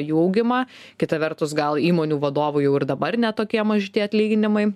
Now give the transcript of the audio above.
jų augimą kita vertus gal įmonių vadovų jau ir dabar ne tokie maži tie atlyginimai